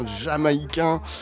jamaïcain